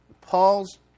Paul's